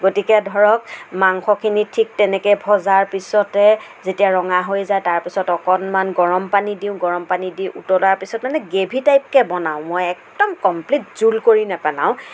গতিকে ধৰক মাংসখিনি ঠিক তেনেকৈ ভজাৰ পিছতে যেতিয়া ৰঙা হৈ যায় তাৰ পিছত অকণমান গৰম পানী দিওঁ গৰম পানী দি উতলাৰ পিছত মানে গ্ৰেভী টাইপকে বনাওঁ মই একদম কমপ্লিট জোল কৰি নেপেলাওঁ